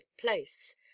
place